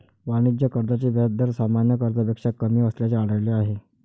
वाणिज्य कर्जाचे व्याज दर सामान्य कर्जापेक्षा कमी असल्याचे आढळले आहे